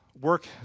work